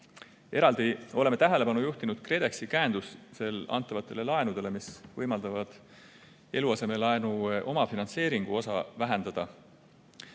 Eraldi oleme tähelepanu juhtinud KredExi käendusel antavatele laenudele, mis võimaldavad eluasemelaenu omafinantseeringu osa vähendada.